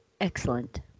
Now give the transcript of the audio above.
Excellent